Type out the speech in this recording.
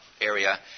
area